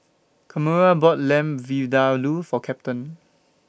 Kamora bought Lamb Vindaloo For Captain